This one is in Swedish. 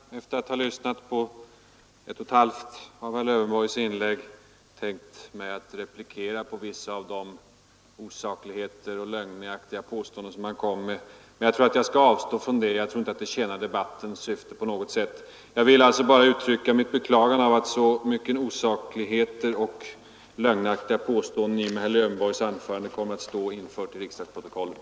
Herr talman! Jag hade till en början, efter att ha lyssnat på ett och ett halvt av herr Lövenborgs inlägg, tänkt replikera med anledning av vissa av de osakligheter och lögnaktiga påståenden som han gjorde sig skyldig till, men jag skall avstå från det. Jag tror inte att det på något sätt tjänar debattens syfte. Jag vill därför bara uttrycka mitt beklagande av att så mycket av osakligheter och lögnaktiga påståenden i och med herr Lövenborgs anförande kommer att stå infört i riksdagsprotokollet.